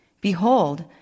Behold